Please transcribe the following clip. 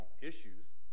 issues